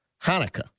Hanukkah